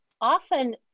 often